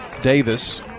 Davis